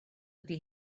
ydy